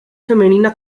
femenina